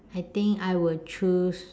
I think I will choose